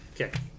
okay